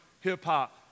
hip-hop